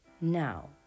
Now